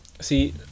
see